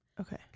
Okay